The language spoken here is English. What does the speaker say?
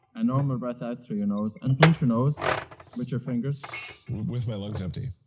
a normal breath out through your nose, and pinch your nose with your fingers with my lungs empty?